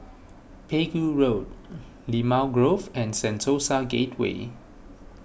Pegu Road Limau Grove and Sentosa Gateway